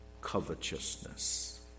covetousness